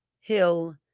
Hill